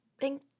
Thank